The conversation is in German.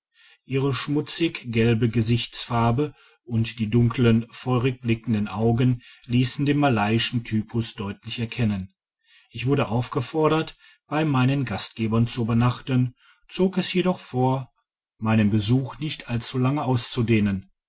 ihre schmutzig gelbe gesichtsfarbe und die dunklen feurig blickenden augen hessen den malayischen typus deutlich erkennen ich wurde aufgefordert bei meinen gastgebern zu übernachten zog es jedoch vor meinen bedigitized by google such nicht allzulange auszudehnen